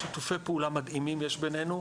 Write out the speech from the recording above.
שיתופי פעולה מדהימים יש בינינו.